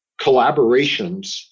collaborations